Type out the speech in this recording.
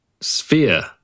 sphere